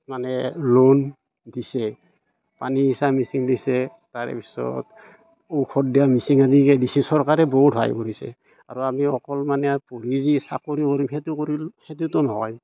মানে লোন দিছে পানী সিঁচা মেচিন দিছে তাৰে পিছত ঔষধ দিয়া মেচিন এনেকৈ চৰকাৰে বহুত সহায় কৰিছে আৰু আমি অকল মানে পঢ়ি যি চাকৰি হ'ল সেইটো কৰিল সেইটোতো নহয়